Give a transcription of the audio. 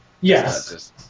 Yes